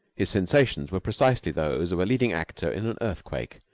his sensations were precisely those of a leading actor in an earthquake.